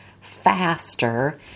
faster